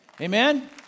Amen